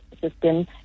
system